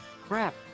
Crap